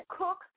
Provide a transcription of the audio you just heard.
cook